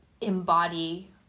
embody